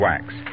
Wax